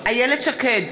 איילת שקד,